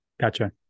Gotcha